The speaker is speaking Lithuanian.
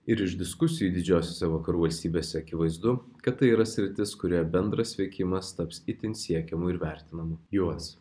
ir iš diskusijų didžiosiose vakarų valstybėse akivaizdu kad tai yra sritis kurioje bendras veikimas taps itin siekiamu ir vertinamu juos